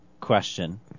question